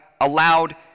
allowed